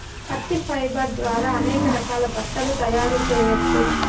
పత్తి ఫైబర్ ద్వారా అనేక రకాల బట్టలు తయారు చేయచ్చు